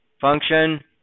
Function